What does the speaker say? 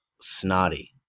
snotty